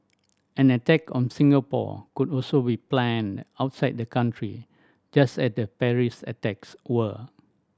an attack on Singapore could also be planned outside the country just as the Paris attacks were